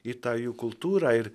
į tą jų kultūrą ir